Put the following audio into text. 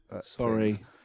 Sorry